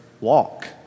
walk